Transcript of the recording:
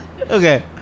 Okay